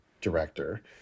director